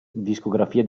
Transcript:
discografia